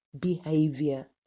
behavior